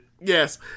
Yes